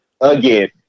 Again